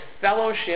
fellowship